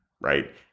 right